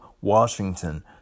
Washington